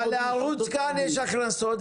אבל לערוץ כאן יש הכנסות,